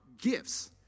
Gifts